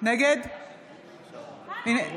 בעד ישראל אייכלר,